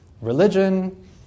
Religion